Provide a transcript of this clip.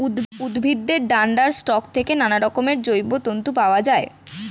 উদ্ভিদের ডান্ডার স্টক থেকে নানারকমের জৈব তন্তু পাওয়া যায়